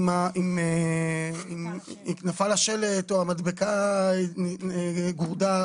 אם נפל השלט או המדבקה גורדה,